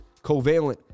Covalent